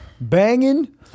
banging